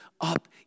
up